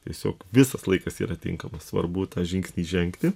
tiesiog visas laikas yra tinkamas svarbu tą žingsnį žengti